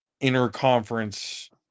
interconference